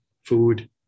food